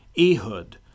Ehud